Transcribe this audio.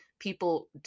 People